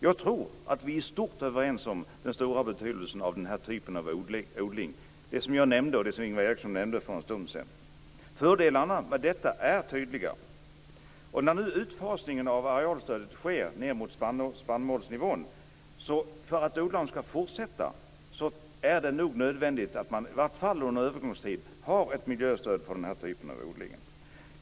Jag tror att vi i stort är överens om den stora betydelsen av den här typen av odling, som jag och Ingvar Eriksson nämnde för en stund sedan. Fördelarna med den är tydliga. Nu sker en sänkning av arealstödet ned till spannmålsnivån. Om odlaren skall fortsätta med den här typen av odling är det nog nödvändigt - i varje fall under en övergångsperiod - att det finns ett miljöstöd för denna.